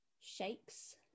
shakes